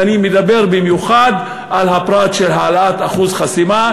ואני מדבר במיוחד על הפרט של העלאת אחוז החסימה,